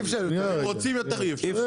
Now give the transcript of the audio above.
גם אם רוצים יותר אי אפשר,